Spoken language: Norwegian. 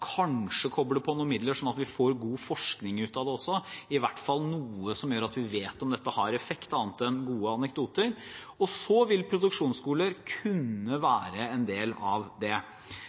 kanskje koble på noen midler slik at vi får god forskning ut av det også – i hvert fall noe som gjør at vi vet om dette har effekt, annet enn gode anekdoter – og så vil produksjonsskoler kunne være en del av det.